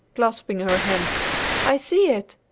clasping her hands i see it!